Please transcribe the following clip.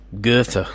Goethe